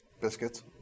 Biscuits